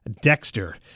Dexter